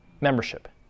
membership